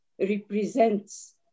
represents